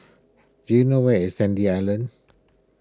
do you know where is Sandy Island